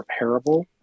repairable